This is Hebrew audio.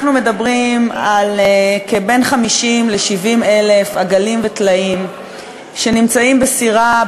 אנחנו מדברים על בין 50,000 ל-70,000 עגלים וטלאים שנמצאים בסירה,